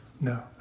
No